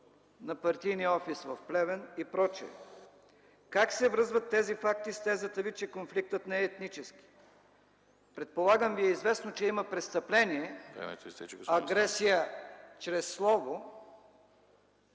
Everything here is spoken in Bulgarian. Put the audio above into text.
на партийния офис в Плевен и прочие? Как се връзват тези факти с тезата Ви, че конфликтът не е етнически? Предполагам Ви е известно, че има престъпление, агресия чрез слово